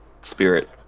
spirit